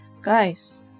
Guys